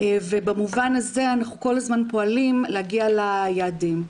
ובמובן הזה אנחנו כל הזמן פועלים להגיע ליעדים.